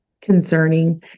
concerning